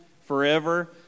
forever